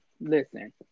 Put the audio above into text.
Listen